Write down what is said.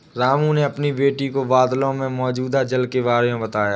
रामू ने अपनी बेटी को बादलों में मौजूद जल के बारे में बताया